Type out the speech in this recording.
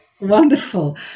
wonderful